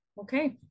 okay